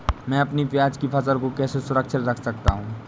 मैं अपनी प्याज की फसल को कैसे सुरक्षित रख सकता हूँ?